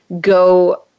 go